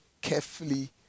carefully